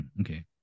Okay